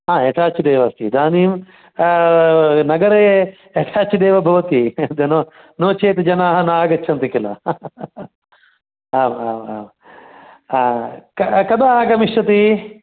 हा एटाच्ड् एव अस्ति इदानीं नगरे एटाच्ड् एव भवति नो चेत् जनाः नागच्छन्ति किल आम् आम् कदा आगमिष्यति